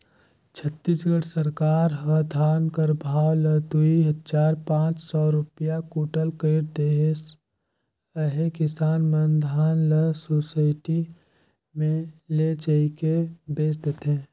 छत्तीसगढ़ सरकार ह धान कर भाव ल दुई हजार पाच सव रूपिया कुटल कइर देहिस अहे किसान मन धान ल सुसइटी मे लेइजके बेच देथे